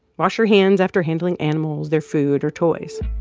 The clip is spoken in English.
wash your hands after handling animals, their food or toys.